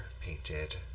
painted